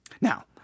Now